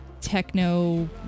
techno